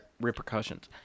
repercussions